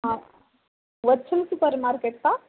हां virtual supermarket का